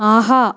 ஆஹா